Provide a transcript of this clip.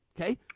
okay